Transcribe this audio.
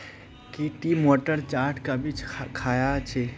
की टी मोठेर चाट कभी ख़या छि